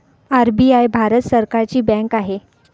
RBI भारत सरकारची bank आहे